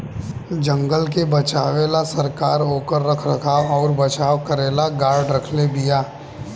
जंगल के बचावे ला सरकार ओकर रख रखाव अउर बचाव करेला गार्ड रखले बिया